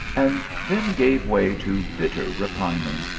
and then gave way to bitter repining.